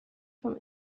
vom